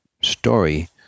story